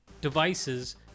devices